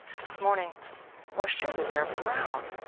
this morning why, surely they are brown?